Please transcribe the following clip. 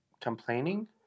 complaining